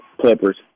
Clippers